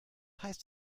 heißt